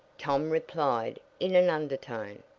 tom replied in an undertone.